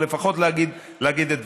או לפחות להגיד את דבריי.